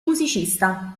musicista